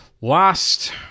last